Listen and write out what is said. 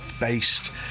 based